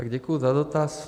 Děkuji za dotaz.